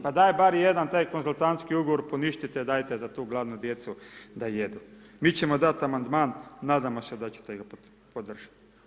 Pa daj barem jedan taj konzultantski ugovor poništite, dajte za tu gladnu djecu da jedu, mi ćemo dat' amandman, nadamo se da će te ga podržati.